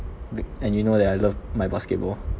you know that I love my basketball